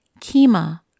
Kima